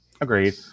Agreed